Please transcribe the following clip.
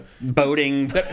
Boating